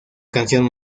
canción